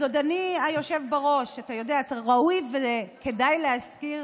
אז אדוני היושב בראש, ראוי וכדאי להזכיר